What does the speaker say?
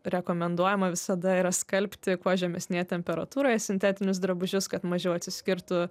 rekomenduojama visada yra skalbti kuo žemesnėje temperatūroje sintetinius drabužius kad mažiau atsiskirtų